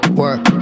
work